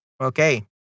Okay